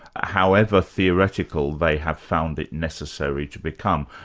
however theoretical they have found it necessary to become.